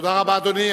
תודה רבה, אדוני.